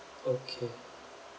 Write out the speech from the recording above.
okay